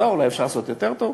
אולי אפשר לעשות יותר טוב,